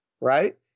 right